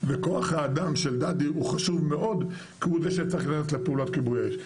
וכח האדם של דדי הוא חשוב מאוד כי הוא זה שצריך להכנס לפעולת כיבוי אש.